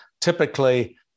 typically